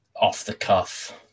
off-the-cuff